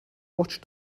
watch